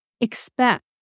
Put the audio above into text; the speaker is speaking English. expect